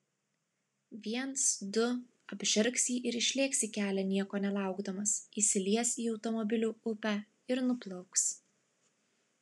viens du apžergs jį ir išlėks į kelią nieko nelaukdamas įsilies į automobilių upę ir nuplauks